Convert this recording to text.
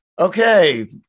Okay